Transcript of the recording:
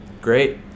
Great